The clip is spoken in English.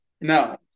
No